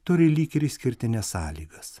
turi lyg ir išskirtines sąlygas